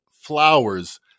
flowers